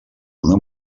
una